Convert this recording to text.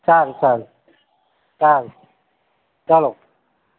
સારું સારું સારું ચાલો